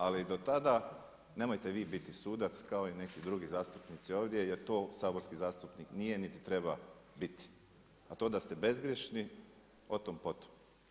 Ali do tada, nemojte vi biti sudac kao i neki drugi zastupnici ovdje jer to saborski zastupnik nije niti treba bit. a to da ste bezgrješni, o tom potom.